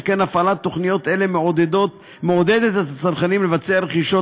שכן הפעלת תוכניות אלו מעודדת את הצרכנים לבצע רכישות,